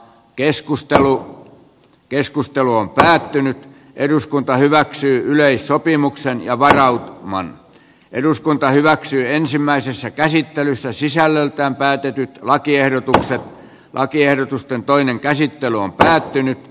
keskustelu keskustelu on päättynyt eduskunta hyväksyi yleissopimuksen ja varautumaan eduskunta hyväksyi ensimmäisessä käsittelyssä sisällöltään päätetyt lakiehdotukset lakiehdotusten toinen käsittely on päättynyt